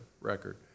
record